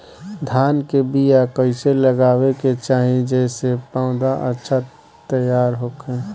धान के बीया कइसे लगावे के चाही जेसे पौधा अच्छा तैयार होखे?